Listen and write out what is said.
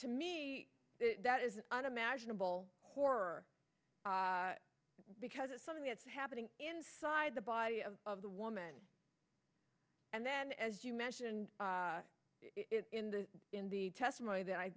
to me that is unimaginable horror because it's something that's happening inside the body of of the woman and then as you mentioned in the in the testimony that i